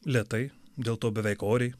lėtai dėl to beveik oriai